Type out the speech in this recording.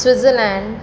Switzerland